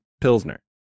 pilsner